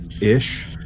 ish